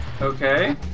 Okay